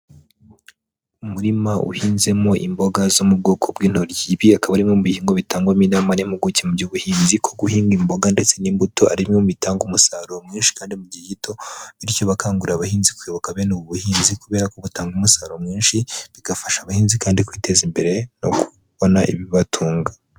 Umurima uhinzemo imboga zo mu bwoko bw'intoryi, ibi akaba ari bimwe mu bihingwa bitangwamo inama n' impuguke mu by'ubuhinzi, ko guhinga imboga ndetse n'imbuto, ari mu bitanga umusaruro mwinshi kandi mu gihe gito, bityo bakangurira abahinzi kuyoboka bene ubu buhinzi, kubera ko butanga umusaruro mwinshi bigafasha abahinzi, kandi kwiteza imbere no kubona ibibatunga.